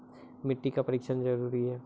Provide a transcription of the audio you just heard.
मिट्टी का परिक्षण जरुरी है?